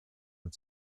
and